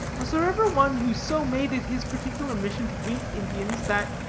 was there ever one who so made it his particular mission to hate indians that,